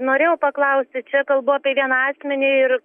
norėjau paklausti čia kalbu apie vieną asmenį ir